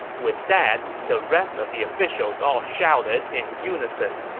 with that, the rest of the officials all shouted in unison,